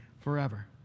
forever